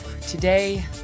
Today